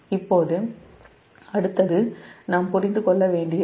இப்போதுஅடுத்தது நாம் கொஞ்சம் புரிந்து கொள்ள வேண்டியது